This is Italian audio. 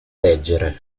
leggere